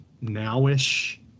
now-ish